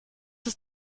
ist